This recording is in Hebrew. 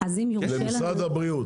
למשרד הבריאות.